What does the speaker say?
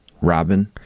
Robin